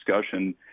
discussion